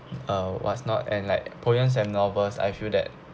uh what's not and like poems and novels I feel that